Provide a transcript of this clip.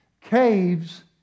Caves